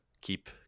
keep